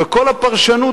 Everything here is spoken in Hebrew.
וכל הפרשנות,